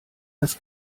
das